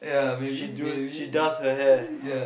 she do she does her hair